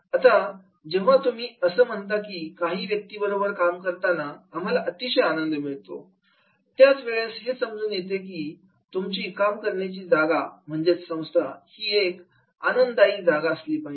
आता जेव्हा तुम्ही असं म्हणता की काही व्यक्तींबरोबर काम करताना आम्हाला अतिशय आनंद मिळतो त्या वेळेलाच हे समजून येतं की तुमची काम करण्याची जागा म्हणजे संस्था ही एक आनंददायी जागा असली पाहिजे